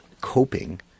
coping